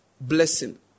blessing